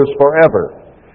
forever